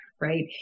right